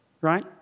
right